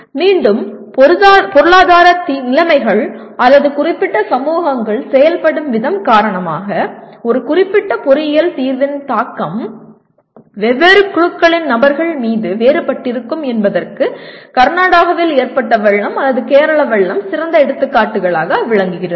மீண்டும் பொருளாதார நிலைமைகள் அல்லது குறிப்பிட்ட சமூகங்கள் செயல்படும் விதம் காரணமாக ஒரு குறிப்பிட்ட பொறியியல் தீர்வின் தாக்கம் வெவ்வேறு குழுக்களின் நபர்கள் மீது வேறுபட்டிருக்கும் என்பதற்கு கர்நாடகாவில் ஏற்பட்ட வெள்ளம் அல்லது கேரள வெள்ளம் சிறந்த எடுத்துக்காட்டுகளாக விளங்குகிறது